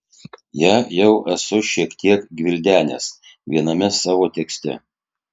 ją jau esu šiek tiek gvildenęs viename savo tekste